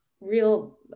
real